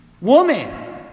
woman